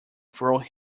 through